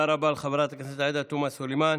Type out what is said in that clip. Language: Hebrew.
תודה רבה לחברת הכנסת עאידה תומא סלימאן.